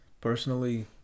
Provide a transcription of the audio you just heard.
Personally